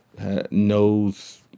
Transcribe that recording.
knows